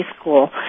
school